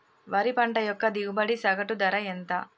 వరి పంట యొక్క దిగుబడి సగటు ధర ఎంత?